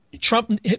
Trump